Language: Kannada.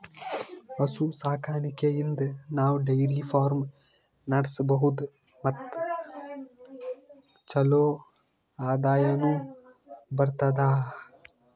ಹಸು ಸಾಕಾಣಿಕೆಯಿಂದ್ ನಾವ್ ಡೈರಿ ಫಾರ್ಮ್ ನಡ್ಸಬಹುದ್ ಮತ್ ಚಲೋ ಆದಾಯನು ಬರ್ತದಾ